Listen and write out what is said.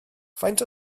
faint